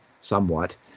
somewhat